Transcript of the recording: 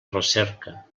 recerca